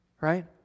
right